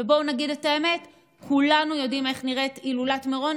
ובואו נגיד את האמת: כולנו יודעים איך נראית הילולת מירון,